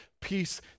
peace